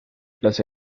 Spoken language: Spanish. los